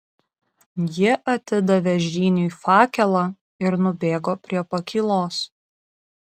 ji atidavė žyniui fakelą ir nubėgo prie pakylos